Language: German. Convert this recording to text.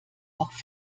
auch